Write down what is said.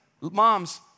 moms